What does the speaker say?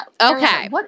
Okay